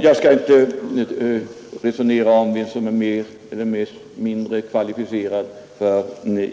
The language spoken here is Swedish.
Jag skall inte resonera om vem som är mer eller mindre kvalificerad för